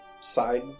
side